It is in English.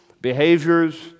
behaviors